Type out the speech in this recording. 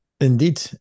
Indeed